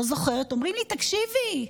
אומרים לי: תקשיבי,